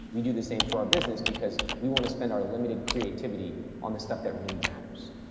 we do the same for our business because we want to spend our limited creativity on the stuff that really matters.